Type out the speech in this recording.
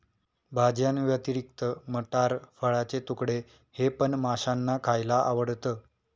भाज्यांव्यतिरिक्त मटार, फळाचे तुकडे हे पण माशांना खायला आवडतं